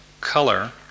color